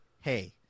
hey